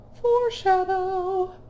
foreshadow